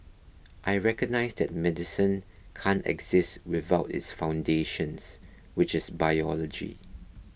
I recognise that medicine can't exist without its foundations which is biology